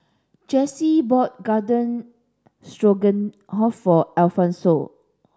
Jessi bought Garden Stroganoff for Alphonse